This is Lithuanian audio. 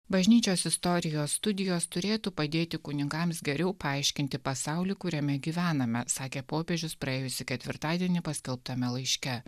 bažnyčios istorijos studijos turėtų padėti kunigams geriau paaiškinti pasaulį kuriame gyvename sakė popiežius praėjusį ketvirtadienį paskelbtame laiške